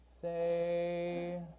say